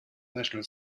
national